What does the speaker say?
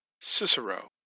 Cicero